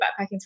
backpacking